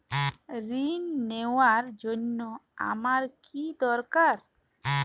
ঋণ নেওয়ার জন্য আমার কী দরকার?